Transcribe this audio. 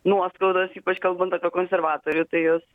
nuoskaudos ypač kalbant apie konservatorių tai jos